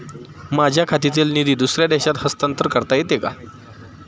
माझ्या खात्यातील निधी दुसऱ्या देशात हस्तांतर करता येते का?